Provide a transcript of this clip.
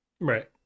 Right